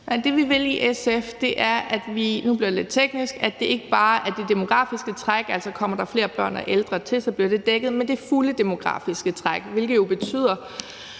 det lidt teknisk, er, at det ikke bare er det demografiske træk – altså, kommer der flere børn og ældre til, bliver det dækket – men det fulde demografiske træk, hvilket jo betyder,